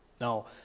Now